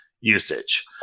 usage